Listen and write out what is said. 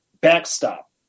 backstop